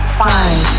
five